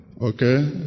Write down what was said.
Okay